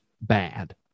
bad